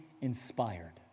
inspired